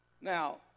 Now